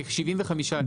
כ- 75 אלף שקלים.